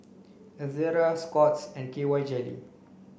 Ezerra Scott's and K Y jelly